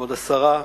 כבוד השרה,